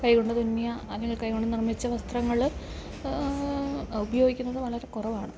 കൈ കൊണ്ട് തുന്നിയ അതിൽ കൈ കൊണ്ട് നിർമ്മിച്ച വസ്ത്രങ്ങൾ ഉപയോഗിക്കുന്നത് വളരെ കുറവാണ്